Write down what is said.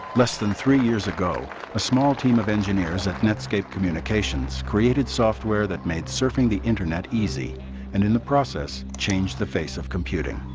less than three years ago a small team of engineers at netscape communications created software that made surfing the internet easy and in the process change the face of computing